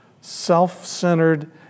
self-centered